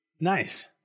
Nice